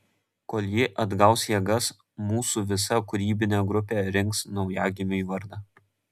kol ji atgaus jėgas mūsų visa kūrybinė grupė rinks naujagimiui vardą